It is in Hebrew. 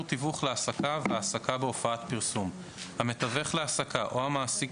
תיווך להעסקה והעסקה בהופעת פרסום 33ד1. המתווך להעסקה או המעסיק